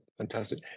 Fantastic